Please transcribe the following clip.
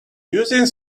using